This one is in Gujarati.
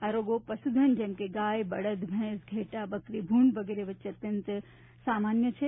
આ રોગો પશુધન જેમ કે ગાય બળદ ભેંસ ઘેંટા બકરી ભુંડ વગેરે વચ્ચે અત્યંત સામાન્ય છે